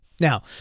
Now